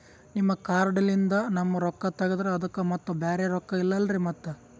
ನಿಮ್ ಕಾರ್ಡ್ ಲಿಂದ ನಮ್ ರೊಕ್ಕ ತಗದ್ರ ಅದಕ್ಕ ಮತ್ತ ಬ್ಯಾರೆ ರೊಕ್ಕ ಇಲ್ಲಲ್ರಿ ಮತ್ತ?